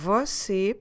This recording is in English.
Você